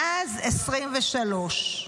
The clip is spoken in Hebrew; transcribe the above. לדעתי היועמ"שית אחראית.